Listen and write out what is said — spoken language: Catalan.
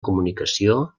comunicació